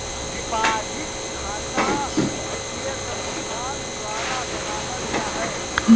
deposit खता वित्तीय संस्थान द्वारा बनावल जा हइ